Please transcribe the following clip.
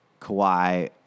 Kawhi